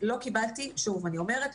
שוב אני אומרת,